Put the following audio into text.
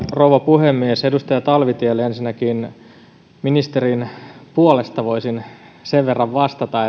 rouva puhemies edustaja talvitielle ensinnäkin ministerin puolesta voisin sen verran vastata